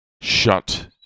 shut